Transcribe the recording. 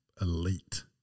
elite